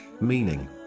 meaning